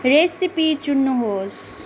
recipe चुन्नुहोस्